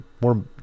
more